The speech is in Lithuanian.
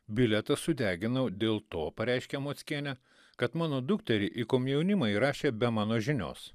bilietą sudeginau dėl to pareiškė mockienė kad mano dukterį į komjaunimą įrašė be mano žinios